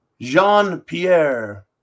Jean-Pierre